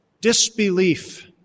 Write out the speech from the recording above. disbelief